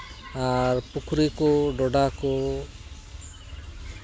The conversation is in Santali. ᱟᱨ ᱯᱩᱠᱷᱨᱤ ᱠᱚ ᱰᱚᱰᱷᱟ ᱠᱚ